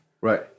Right